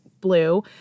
Blue